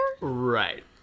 Right